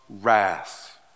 wrath